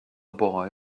boy